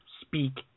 speak